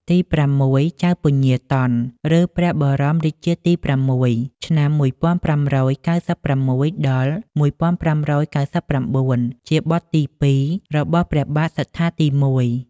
ទីប្រាំមួយ ចៅពញាតន់ ឬ ព្រះបរមរាជាទី៦ (ឆ្នាំ ១៥៩៦-១៥៩៩) ជាបុត្រទី ២ របស់ព្រះបាទសត្ថាទី១។